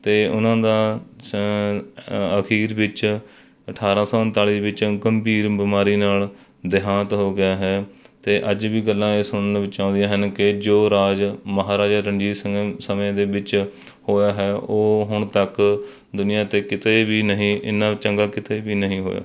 ਅਤੇ ਉਹਨਾਂ ਦਾ ਸ ਅਖੀਰ ਵਿੱਚ ਅਠਾਰ੍ਹਾਂ ਸੌ ਉਨਤਾਲੀ ਵਿੱਚ ਗੰਭੀਰ ਬਿਮਾਰੀ ਨਾਲ ਦਿਹਾਂਤ ਹੋ ਗਿਆ ਹੈ ਅਤੇ ਅੱਜ ਵੀ ਗੱਲਾਂ ਇਹ ਸੁਣਨ ਵਿੱਚ ਆਉਂਦੀਆਂ ਹਨ ਕਿ ਜੋ ਰਾਜ ਮਹਾਰਾਜਾ ਰਣਜੀਤ ਸਿੰਘ ਸਮੇਂ ਦੇ ਵਿੱਚ ਹੋਇਆ ਹੈ ਉਹ ਹੁਣ ਤੱਕ ਦੁਨੀਆ 'ਤੇ ਕਿਤੇ ਵੀ ਨਹੀਂ ਇਹਨਾ ਚੰਗਾ ਕਿਤੇ ਵੀ ਨਹੀਂ ਹੋਇਆ